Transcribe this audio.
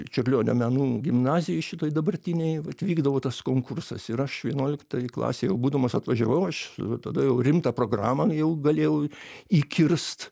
čiurlionio menų gimnazijoj šitoj dabartinėj vat vykdavo tas konkursas ir aš vienuoliktoj klasėj jau būdamas atvažiavau aš tada jau rimtą programą jau galėjau įkirst